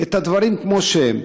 את הדברים כמו שהם.